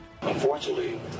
unfortunately